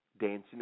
dancing